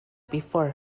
before